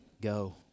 go